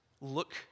look